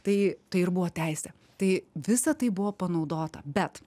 tai tai ir buvo teisė tai visa tai buvo panaudota bet